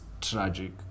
tragic